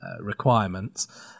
requirements